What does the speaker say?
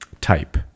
type